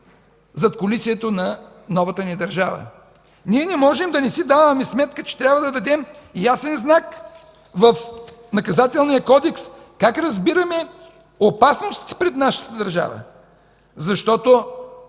задкулисието на новата ни държава. Ние не можем да не си даваме сметка, че трябва да дадем ясен знак в Наказателния кодекс как разбираме опасностите пред нашата държава. Защото